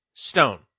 Stone